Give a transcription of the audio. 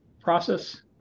process